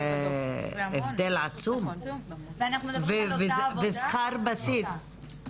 זה הבדל עצום, ושכר בסיס.